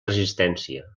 resistència